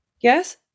Yes